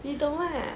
you don't want eh